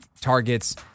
targets